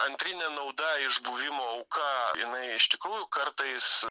antrinė nauda iš buvimo auka jinai iš tikrųjų kartais